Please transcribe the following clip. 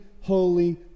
holy